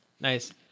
Nice